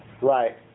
Right